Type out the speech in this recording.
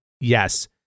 yes